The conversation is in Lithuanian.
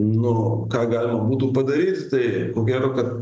nu ką galima būtų padaryti tai ko gero kad